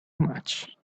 much